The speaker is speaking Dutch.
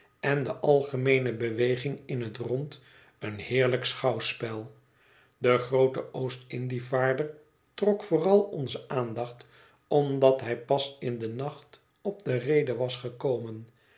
en de algemeene beweging in het rond een heerlijk schouwspel de groote oostindievaarder trok vooral onze aandacht omdat hij pas in den nacht op de reede was gekomen